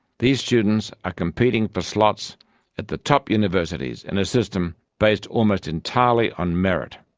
these students are competing for slots at the top universities in a system based almost entirely on merit.